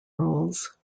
roles